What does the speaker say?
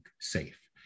safe